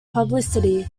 publicity